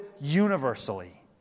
universally